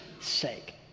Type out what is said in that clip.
sake